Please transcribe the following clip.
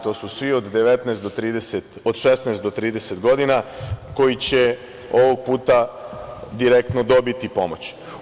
To su svi od 16 do 30 godina koji će ovog puta direktno dobiti pomoć.